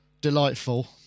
delightful